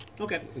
Okay